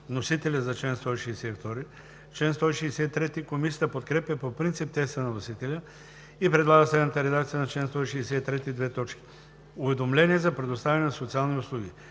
вносителя за чл. 162. Комисията подкрепя по принцип текста на вносителя и предлага следната редакция на чл. 163: „Уведомление за предоставяне на социални услуги